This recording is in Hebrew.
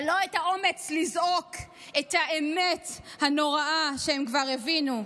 אבל אין את האומץ לזעוק את האמת הנוראה שהם כבר הבינו: